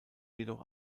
jedoch